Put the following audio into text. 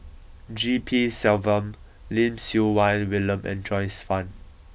G P Selvam Lim Siew Wai William and Joyce Fan